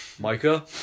Micah